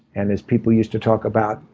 and as people used to talk about,